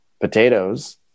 Potatoes